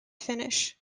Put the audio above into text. finnish